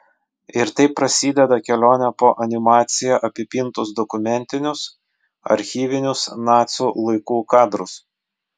ir taip prasideda kelionė po animacija apipintus dokumentinius archyvinius nacių laikų kadrus